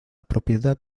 propiedad